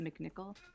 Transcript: mcnichol